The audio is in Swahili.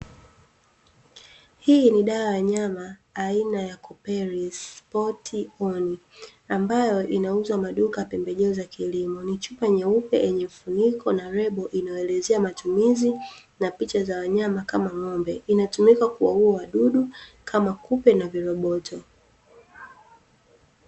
Hii ni dawa wa wanyama aina ya 'Koperis pot on", ambayo inauzwa maduka ya pembejeo za kilimo, ni chupa nyeupe yenye mfuniko na lebo inayoelezea matumizi na picha za wanyama kama ng'ombe, inatumika kuwaua wadudu kama kupe na viroboto.